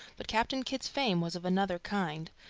but captain kidd's fame was of another kind.